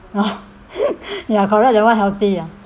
ya correct that one healthy ya